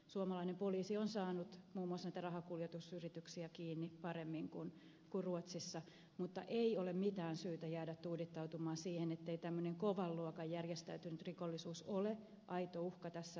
suomalainen poliisi on saanut muun muassa näitä rahankuljetusyrityksiä kiinni paremmin kuin ruotsissa mutta ei ole mitään syytä jäädä tuudittautumaan siihen ettei tämmöinen kovan luokan järjestäytynyt rikollisuus ole aito uhka tässä maassa